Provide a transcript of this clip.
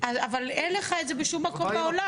40%. אבל אין לך את זה בשום מקום בעולם.